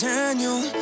Daniel